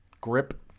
Grip